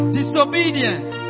disobedience